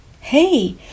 Hey